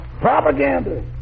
Propaganda